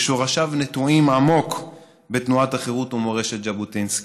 ששורשיו נטועים עמוק בתנועת החרות ומורשת ז'בוטינסקי.